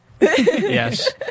Yes